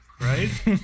right